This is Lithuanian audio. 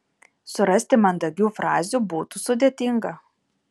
surasti mandagių frazių būtų sudėtinga